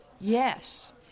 Yes